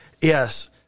Yes